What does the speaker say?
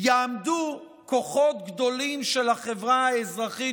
יעמדו כוחות גדולים של החברה האזרחית